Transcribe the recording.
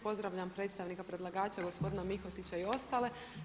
Pozdravljam predstavnika predlagača gospodina Mihotića i ostale.